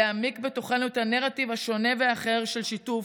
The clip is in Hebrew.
להעמיק בתוכנו את הנרטיב השונה והאחר של שיתוף,